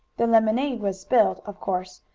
the lemonade was spilled, of course,